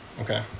okay